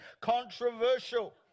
controversial